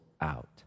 out